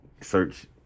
search